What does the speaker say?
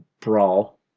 brawl